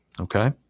Okay